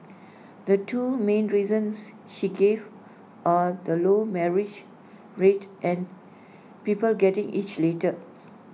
the two main reasons she gave are the low marriage rate and people getting hitched later